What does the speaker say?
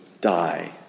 die